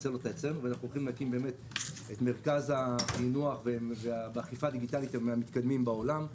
אנחנו הולכים להקים את מרכז הפענוח והאכיפה הדיגיטלית מהמתקדמים בעולם.